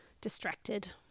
distracted